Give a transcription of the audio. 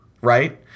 right